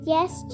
Yes